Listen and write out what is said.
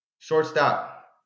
Shortstop